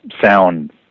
sound